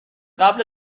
قبل